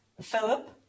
Philip